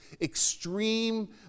extreme